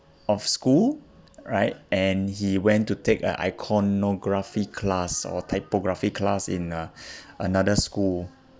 of school right and he went to take a iconography class or typography class in uh another school